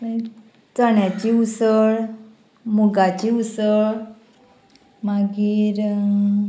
मागीर चण्याची उसळ मुगाची उसळ मागीर